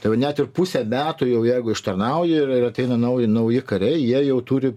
tai va net ir pusę metų jau jeigu ištarnauji ir ateina nauji nauji kariai jie jau turi